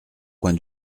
coin